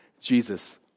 Jesus